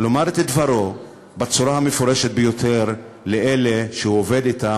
לומר את דברו בצורה המפורשת ביותר לאלה שהוא עובד אתם,